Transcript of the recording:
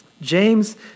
James